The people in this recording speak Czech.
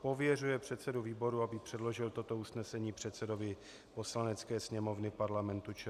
Pověřuje předsedu výboru, aby předložil toto usnesení předsedovi Poslanecké sněmovny Parlamentu ČR.